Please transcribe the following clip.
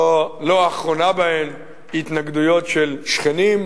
ולא האחרונה בהן היא התנגדויות של שכנים,